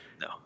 No